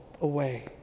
away